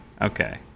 Okay